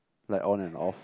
like on and off